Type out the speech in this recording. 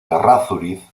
errázuriz